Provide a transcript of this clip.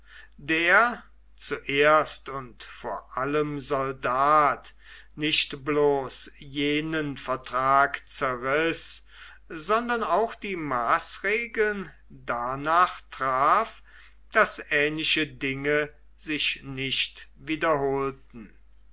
der zuerst und vor allem soldat nicht bloß jenen vertrag zerriß sondern auch die maßregeln danach traf daß ähnliche dinge sich nicht wiederholten